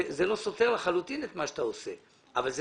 זה לא סותר לחלוטין את מה שאתה עושה אבל זה